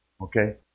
Okay